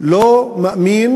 לא מאמין